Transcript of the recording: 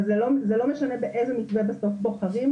אבל זה לא משנה באיזה מתווה בסוף בוחרים,